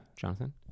Jonathan